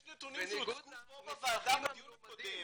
יש נתונים שהוצגו פה בוועדה בדיון הקודם.